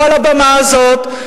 לא על הבמה הזאת,